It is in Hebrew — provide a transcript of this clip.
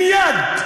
מייד,